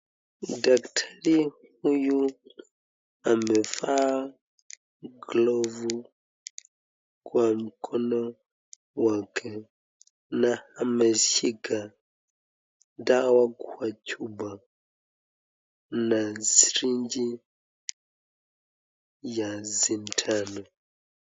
Daktari huyu amevaa glovu kwa mkono wake na ameshika dawa kwa chupa na sirinji ya sindano.